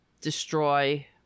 destroy